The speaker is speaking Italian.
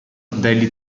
daily